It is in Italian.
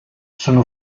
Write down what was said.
sono